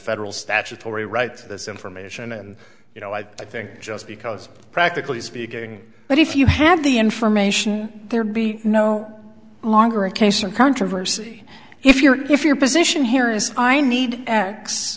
federal statutory right to this information and you know i think just because practically speaking but if you have the information there be no longer a case or controversy if your if your position here is i need